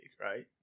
right